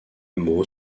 mot